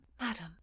madam